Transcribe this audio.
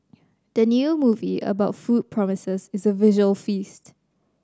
the new movie about food promises is a visual feast